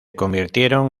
convirtieron